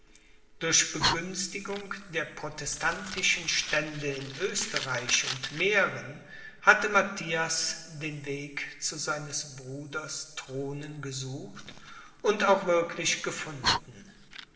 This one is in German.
durch begünstigung der protestantischen stände in oesterreich und mähren hatte matthias den weg zu seines bruders thronen gesucht und auch wirklich gefunden